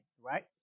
right